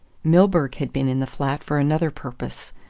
milburgh had been in the flat for another purpose.